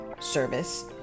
service